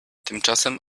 tymczasem